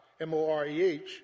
M-O-R-E-H